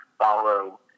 follow